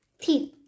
teeth